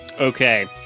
Okay